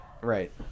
Right